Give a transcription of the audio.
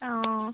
অঁ